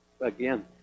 again